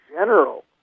general